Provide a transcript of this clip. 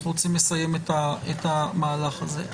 אנחנו רוצים לסיים את המהלך הזה.